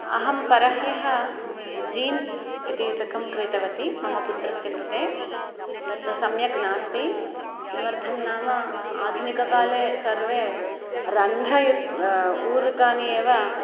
अहं परह्यः जीन्स् इति युतकं क्रीतवती मम पुत्रस्य कृते तत् सम्यक् नास्ति किमर्थं नाम आधुनिककाले सर्वे रन्ध्रयुक्तानि ऊरुकानि एव